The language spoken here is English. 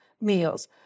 meals